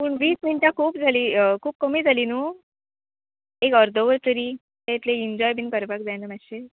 पूण वीस मिनटां खूब जाली खूब कमी जाली न्हू एक अर्दवर तरी तें इतले इन्जॉय बीन करपाक जायना मात्शे